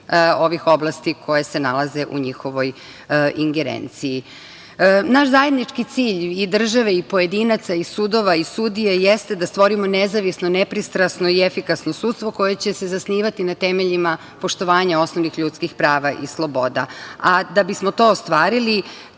ovih oblasti koje se nalaze u njihovoj ingerenciji. Naš zajednički cilj, i države i pojedinaca i sudova i sudija, jeste da stvorimo nezavisno, nepristrasno i efikasno sudstvo koje će se zasnivati na temeljima poštovanja osnovnih ljudskih prava i sloboda. Da bismo to ostvarili,